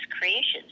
creations